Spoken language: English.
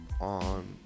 on